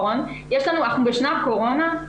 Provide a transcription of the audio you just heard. אנחנו בשנת קורונה,